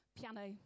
piano